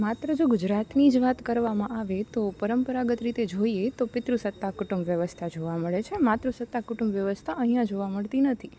માત્ર જો ગુજરાતની જ વાત કરવામાં આવે તો પરંપરાગત રીતે જોઈએ તો પિતૃ સત્તા કુટુંબ વ્યવસ્થા જોવા મળે છે માતૃ સત્તા કુટુંબ વ્યવસ્થા અહિયાં જોવા મળતી નથી